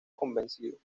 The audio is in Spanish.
convencido